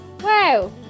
Wow